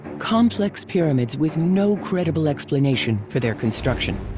complex pyramids with no credible explanation for their construction.